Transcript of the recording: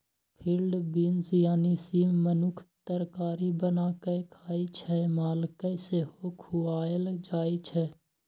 field beans यानी सीम मनुख तरकारी बना कए खाइ छै मालकेँ सेहो खुआएल जाइ छै